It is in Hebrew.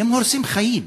הם הורסים חיים.